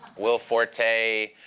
will forte